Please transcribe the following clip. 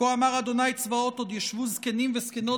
"כה אמר ה' צבאות עוד ישבו זקנים וזקנות